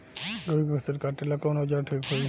गोभी के फसल काटेला कवन औजार ठीक होई?